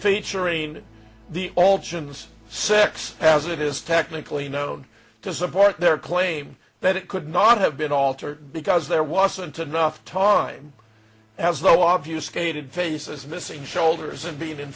featuring the all jim's sex as it is technically known to support their claim that it could not have been altered because there wasn't enough time has no obvious skated faces missing shoulders and being in